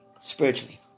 Spiritually